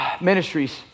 Ministries